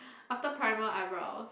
after primer eyebrow